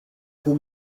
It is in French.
peu